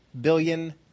billion